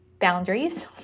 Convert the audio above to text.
boundaries